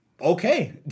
okay